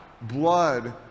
blood